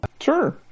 Sure